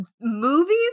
Movies